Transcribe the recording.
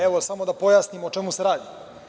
Evo samo da pojasnim o čemu se radi.